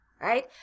Right